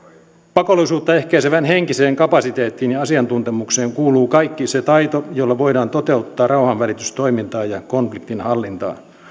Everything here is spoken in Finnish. pakolaisuutta ehkäisevään henkiseen kapasiteettiin ja asiantuntemukseen kuuluu kaikki se taito jolla voidaan toteuttaa rauhanvälitystoimintaa ja konfliktinhallintaa